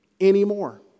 anymore